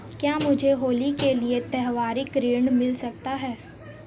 क्या मुझे होली के लिए त्यौहारी ऋण मिल सकता है?